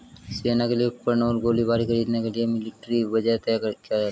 सेना के लिए उपकरण और गोलीबारी खरीदने के लिए मिलिट्री बजट तय किया जाता है